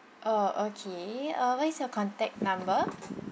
uh okay uh what is your contact number